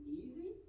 easy